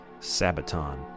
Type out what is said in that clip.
Sabaton